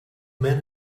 man